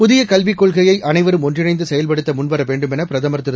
புதிய கல்விக் கொள்கையை அனைவரும் ஒன்றிணைந்து செயல்படுத்த முன்வர வேண்டும் என பிரதமர் திரு